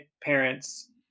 parents